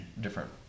different